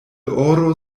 oro